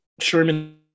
Sherman